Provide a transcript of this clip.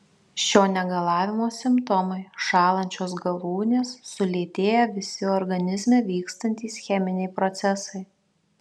šio negalavimo simptomai šąlančios galūnės sulėtėję visi organizme vykstantys cheminiai procesai